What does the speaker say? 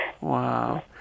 Wow